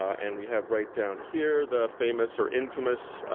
and we have right down here the famous, or infamous,